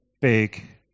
big